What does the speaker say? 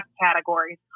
categories